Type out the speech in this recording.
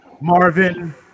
Marvin